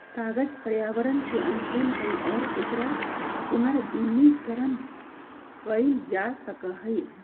कागज पर्यावरण के अनुकूल हई और एकरा पुनर्नवीनीकरण कइल जा सका हई